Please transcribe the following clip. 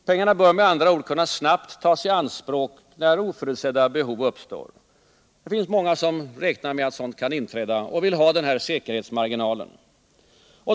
Pengarna bör med andra ord snabbt kunna tas i anspråk när oförutsedda behov uppstår. Det finns många som räknar med att sådant kan inträffa och därför vill ha denna säkerhetsmarginal.